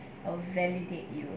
I will validate you